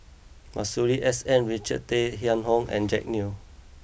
Masuri S N Richard Tay Tian Hoe and Jack Neo